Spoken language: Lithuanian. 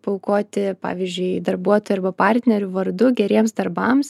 paaukoti pavyzdžiui darbuotojų arba partnerių vardu geriems darbams